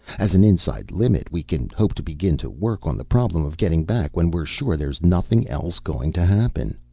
as an inside limit, we can hope to begin to work on the problem of getting back when we're sure there's nothing else going to happen.